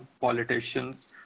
politicians